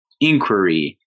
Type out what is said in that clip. inquiry